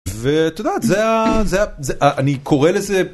זה אני קורא לזה.